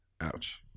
Ouch